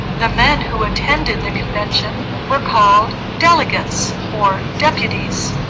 the men who attended the convention were called delegates or deputies?